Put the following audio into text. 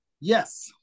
Yes